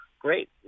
great